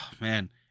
man